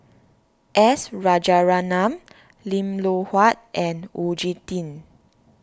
S Rajaratnam Lim Loh Huat and Oon Jin Teik